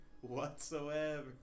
whatsoever